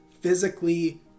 physically